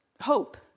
hope